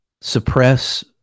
suppress